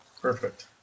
Perfect